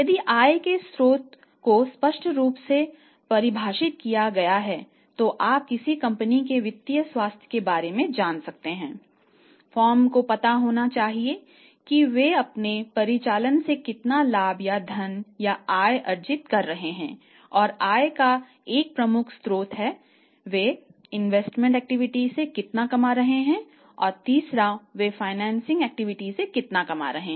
यदि आय के स्रोत को स्पष्ट रूप से परिभाषित किया गया है तो आप किसी कंपनी के वित्तीय स्वास्थ्य के बारे में जान सकते हैं फर्म को पता होना चाहिए कि वे अपने परिचालन से कितना लाभ या धन या आय अर्जित कर रहे हैं जो आय का एक प्रमुख स्रोत है वे इन्वेस्टमेंट एक्टिविटीज से कितना कमा रहे हैं